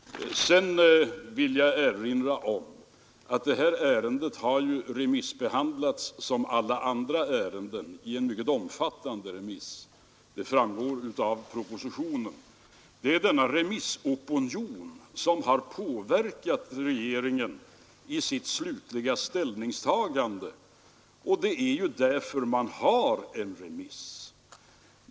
Sedan vill jag erinra om att det här ärendet har remissbehandlats, som alla andra ärenden, i en mycket omfattande remiss; det framgår av propositionen. Det är denna remissopinion som har påverkat regeringen i dess slutliga ställningstagande, och det är ju därför vi har en remiss.